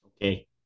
Okay